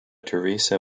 teresa